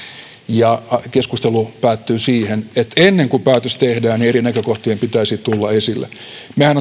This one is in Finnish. ja keskustelu päättyy siihen ennen kuin päätös tehdään eri näkökohtien pitäisi tulla esille mehän